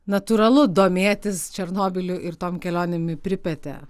natūralu domėtis černobyliu ir tom kelionėm į pripetę